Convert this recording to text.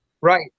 Right